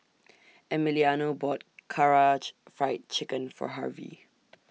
Emiliano bought Karaage Fried Chicken For Harvy